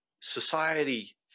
society